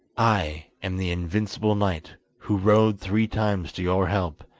i am the invincible knight, who rode three times to your help,